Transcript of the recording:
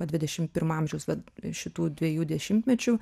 va dvidešim pirmo amžiaus va šitų dviejų dešimtmečių